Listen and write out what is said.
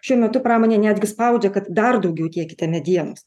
šiuo metu pramonė netgi spaudžia kad dar daugiau tiekite medienos